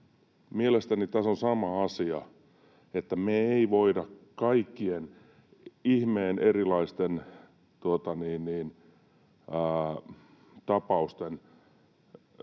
Mielestäni tässä on sama asia, että me ei voida kaikkia ihmeen erilaisia tapauksia